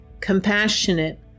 compassionate